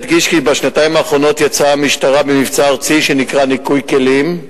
אדגיש כי בשנתיים האחרונות יצאה המשטרה במבצע ארצי שנקרא "ניקוי כלים",